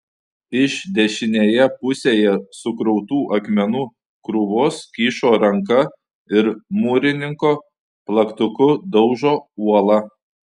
iš dešinėje pusėje sukrautų akmenų krūvos kyšo ranka ir mūrininko plaktuku daužo uolą